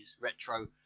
retro